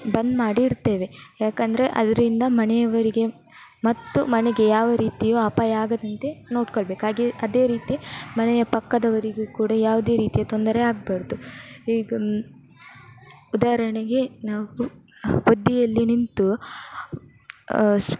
ಬಂದ್ ಮಾಡಿ ಇಡ್ತೇವೆ ಏಕೆಂದ್ರೆ ಅದರಿಂದ ಮನೆ ಅವರಿಗೆ ಮತ್ತು ಮನೆಗೆ ಯಾವ ರೀತಿಯು ಅಪಾಯ ಆಗದಂತೆ ನೋಡ್ಕೊಳ್ಬೇಕು ಹಾಗೆ ಅದೇ ರೀತಿ ಮನೆಯ ಪಕ್ಕದವರಿಗೂ ಕೂಡ ಯಾವುದೇ ರೀತಿಯ ತೊಂದರೆ ಆಗ್ಬಾರ್ದು ಈಗ ಉದಾಹರಣೆಗೆ ನಾವು ಒದ್ದೆಯಲ್ಲಿ ನಿಂತು